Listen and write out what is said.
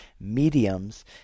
mediums